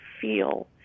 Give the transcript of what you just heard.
feel